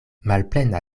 malplena